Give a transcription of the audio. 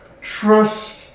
Trust